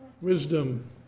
wisdom